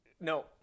No